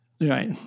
Right